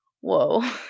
whoa